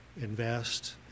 invest